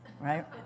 right